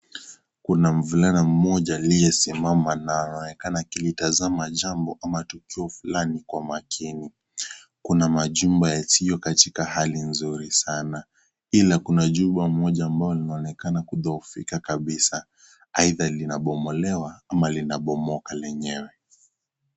Kuna mvulana mmoja aliyesimama na anaonekana kulitazama jambo ama tukio fulani kwa makini , kuna majumba yasiyo katika hali nzuri sana ila kuna jumba moja ambalo linaonekana kudhohofika kabisa aidha linabomolewa ama limebomoka lenyewe.